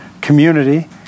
community